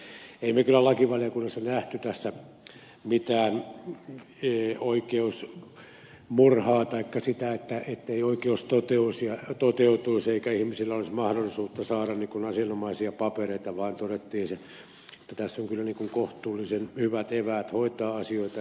emme me kyllä lakivaliokunnassa nähneet tässä mitään oikeusmurhaa taikka sitä ettei oikeus toteutuisi eikä ihmisillä olisi mahdollisuutta saada asianomaisia papereita vaan todettiin että tässä on kyllä kohtuullisen hyvät eväät hoitaa asioita eteenpäin